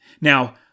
Now